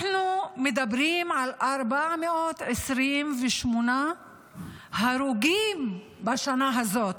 אנחנו מדברים על 428 הרוגים בשנה הזו,